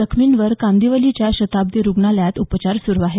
जखमींवर कांदिवलीच्या शताब्दी रुग्णालयात उपचार सुरू आहेत